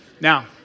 Now